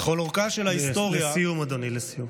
לכל אורכה של ההיסטוריה, לסיום, אדוני.